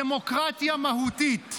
דמוקרטיה מהותית.